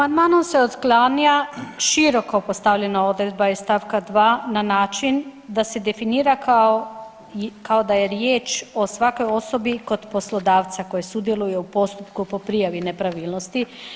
Amandmanom se otklanja široko postavljena odredba iz stavka 2. na način da se definira kao da je riječ o svakoj osobi kod poslodavca koji sudjeluje u postupku po prijavi nepravilnosti.